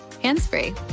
hands-free